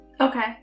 Okay